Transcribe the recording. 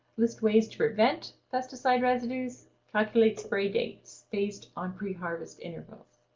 list ways to prevent pesticide residues, calculate spray dates based on pre-harvest intervals.